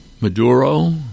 Maduro